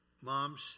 Moms